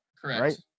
Correct